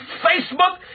Facebook